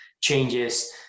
changes